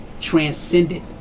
transcended